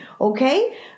Okay